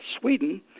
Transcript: Sweden